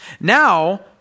Now